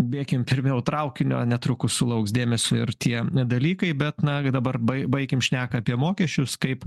bėkim ir vėl traukinio netrukus sulauks dėmesio ir tie dalykai bet na gi dabar bai baikim šneką apie mokesčius kaip